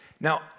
Now